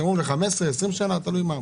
אתם אומרים ל-15, 20 שנה, תלוי מה,